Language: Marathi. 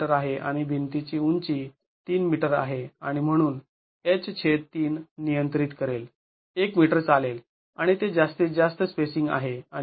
३ मीटर आहे आणि भिंतीची उंची ३ मीटर आहे आणि म्हणून h3 नियंत्रित करेल १ मीटर चालेल आणि ते जास्तीत जास्त स्पेसिंग आहे